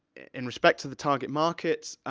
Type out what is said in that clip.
in respect to the target market,